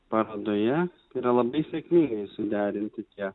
parodoje yra labai sėkmingai suderinti tie